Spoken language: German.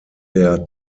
der